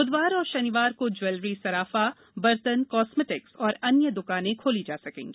ब्धवार और शनिवार को ज्वक्वरी सराफा बर्तन कास्मृष्टिक एवं अन्य द्कानें खोली जा सकेंगा